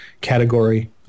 category